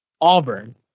Auburn